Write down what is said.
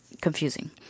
confusing